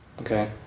Okay